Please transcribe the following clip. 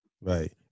Right